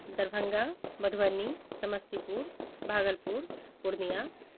Darbhanga Madhubani Samastipur Bhagalpur Purnia